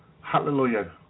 Hallelujah